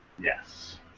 Yes